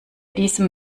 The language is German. diesem